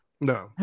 No